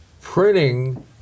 printing